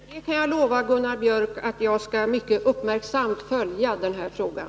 Herr talman! Jag kan lova Gunnar Biörck i Värmdö att jag mycket uppmärksamt skall följa den här frågan.